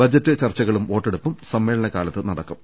budget ചർച്ചകളും വോട്ടെടുപ്പും സമ്മേളനകാലത്ത് നടക്കും